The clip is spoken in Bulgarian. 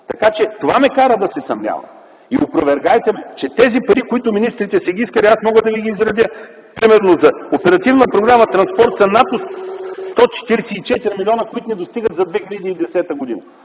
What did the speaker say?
това? Това ме кара да се съмнявам. Опровергайте ме, че тези пари, които министрите са искали, мога да Ви ги изредя. Примерно, за оперативна програма „Транспорт” са над 144 милиона, които не достигат за 2010 г.